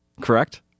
Correct